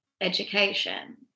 education